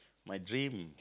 my dream